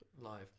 Live